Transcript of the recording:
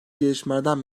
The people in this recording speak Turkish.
gelişmelerden